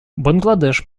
бангладеш